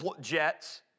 jets